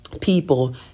people